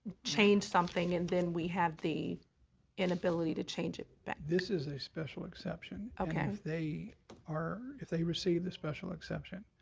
change something and then we have the inability to change it back. this is a special exception, and if they are if they receive the special exception,